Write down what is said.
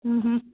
हूं हूं